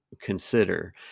consider